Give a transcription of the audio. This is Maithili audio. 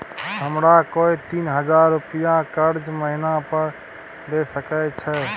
हमरा कोय तीन हजार रुपिया कर्जा महिना पर द सके छै?